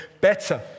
better